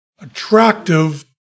attractive